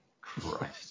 Christ